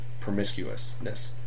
promiscuousness